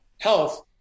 health